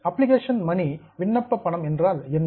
application money விண்ணப்ப பணம் என்றால் என்ன